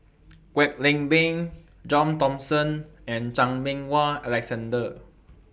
Kwek Leng Beng John Thomson and Chan Meng Wah Alexander